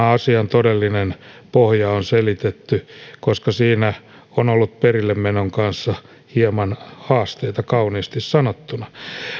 asian todellinen pohja on selitetty koska siinä on ollut perille menon kanssa hieman haasteita kauniisti sanottuna